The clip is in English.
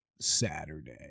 saturday